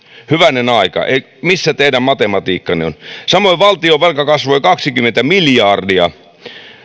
hyvänen aika missä teidän matematiikkanne on samoin valtionvelka kasvoi kaksikymmentä miljardia